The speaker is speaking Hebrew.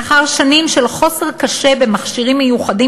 לאחר שנים של חוסר קשה במכשירים מיוחדים